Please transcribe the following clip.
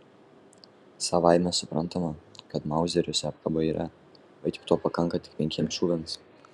savaime suprantama kad mauzeriuose apkaba yra bet juk to pakanka tik penkiems šūviams